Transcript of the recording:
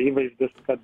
įvaizdis kad